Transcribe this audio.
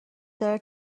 داره